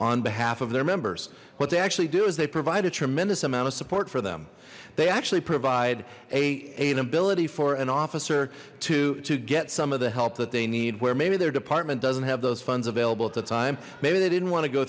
on behalf of their members what they actually do is they provide a tremendous amount of support for them they actually provide a bility for an officer to to get some of the help that they need where maybe their department doesn't have those funds available at the time maybe they didn't want to go